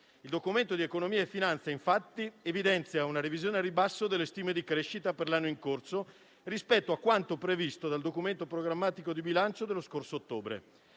approdato in Aula. Il DEF, infatti, evidenzia una revisione al ribasso delle stime di crescita per l'anno in corso rispetto a quanto previsto dal documento programmatico di bilancio dello scorso ottobre: